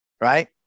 Right